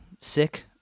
sick